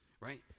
right